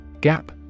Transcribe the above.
Gap